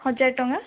ହଜାରେ ଟଙ୍କା